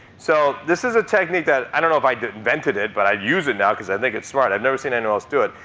so this is a technique that i don't know if i invented it, but i use it now because i think it's smart. i've never seen anyone and else do it.